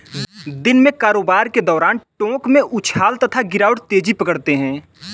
दिन में कारोबार के दौरान टोंक में उछाल तथा गिरावट तेजी पकड़ते हैं